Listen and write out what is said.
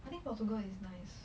I think portugal is nice